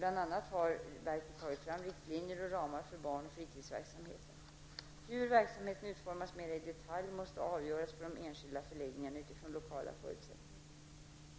Bl.a. har verket tagit fram riktlinjer och ramar för barn och fritidsverksamheten. Hur verksamheten utformas mera i detalj måste avgöras på den enskilda förläggningen utifrån lokala förutsättningar.